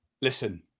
listen